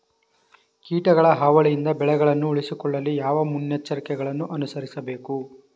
ಕೀಟಗಳ ಹಾವಳಿಯಿಂದ ಬೆಳೆಗಳನ್ನು ಉಳಿಸಿಕೊಳ್ಳಲು ಯಾವ ಮುನ್ನೆಚ್ಚರಿಕೆಗಳನ್ನು ಅನುಸರಿಸಬೇಕು?